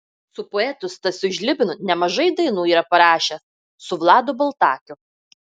su poetu stasiu žlibinu nemažai dainų yra parašęs su vladu baltakiu